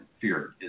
fear